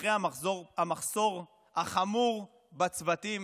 אחרי המחסור החמור בצוותים.